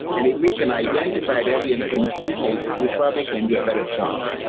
and if we can identify it early and contain it we probably can do a better job.